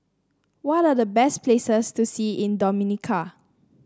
what are the best places to see in Dominica